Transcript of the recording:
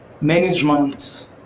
management